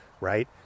right